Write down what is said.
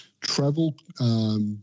travel